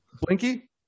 Blinky